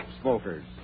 smokers